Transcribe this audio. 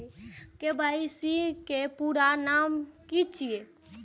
KYC के पूरा नाम की छिय?